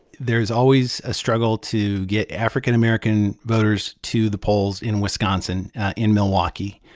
there's always a struggle to get african american voters to the polls in wisconsin in milwaukee.